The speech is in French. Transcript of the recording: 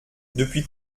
depuis